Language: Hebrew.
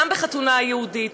גם בחתונה יהודית.